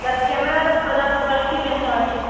ତା'ର୍ କ୍ୟାମେରାର କ୍ୱାଲିଟି କେନ୍ତା ଅଛେ